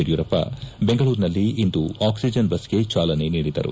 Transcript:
ಯಡಿಯೂರಪ್ಪ ಬೆಂಗಳೂರಿನಲ್ಲಿ ಇಂದು ಆಕ್ಷಿಜನ್ ಬಸ್ಗೆ ಚಾಲನೆ ನೀಡಿದರು